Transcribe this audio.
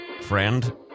friend